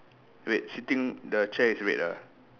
wait sitting the chair is red ah